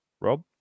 Rob